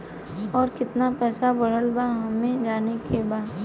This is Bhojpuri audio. और कितना पैसा बढ़ल बा हमे जाने के बा?